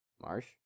Marsh